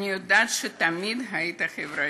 אני יודעת שתמיד היית חברתי,